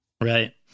Right